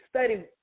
study